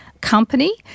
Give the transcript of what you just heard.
company